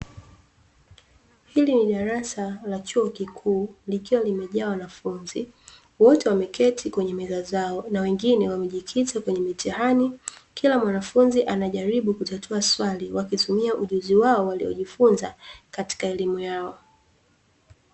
Hili ni darasa la chuo kikuu likiwa limejaa wanafunzi, wote wameketi kwenye meza zao na wengine wamejikita kwenye mitihani. Kila mwanafunzi anajaribu kutatua swali wakitumia ujuzi wao waliojifunza katika elimu yao.